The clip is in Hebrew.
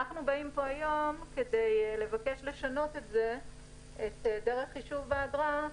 אנחנו באים כדי לבקש לשנות את דרך החישוב על מנת